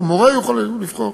או מורה יוכל לבחור.